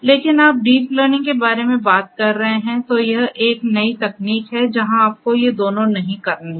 लेकिन अगर आप डीप लर्निंग के बारे में बात कर रहे हैं तो यह एक नई तकनीक है जहाँ आपको ये दोनों नहीं करने हैं